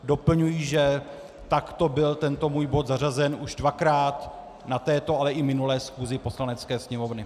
Doplňuji, že takto byl tento můj bod zařazen už dvakrát na této, ale i minulé schůzi Poslanecké sněmovny.